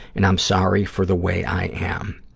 and i'm sorry for the way i am.